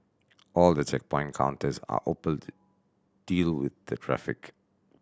all the checkpoint counters are open to deal with the traffic